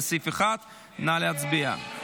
לסעיף 1. נא להצביע.